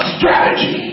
Strategy